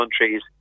countries